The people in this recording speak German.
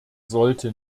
sollte